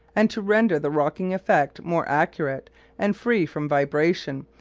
and to render the rocking effect more accurate and free from vibration,